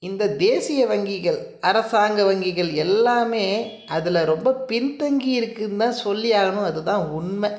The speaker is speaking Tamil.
இந்த தேசிய வங்கிகள் அரசாங்க வங்கிகள் எல்லாமே அதில் ரொம்ப பின்தங்கி இருக்குன்னு தான் சொல்லி ஆகணும் அது தான் உண்மை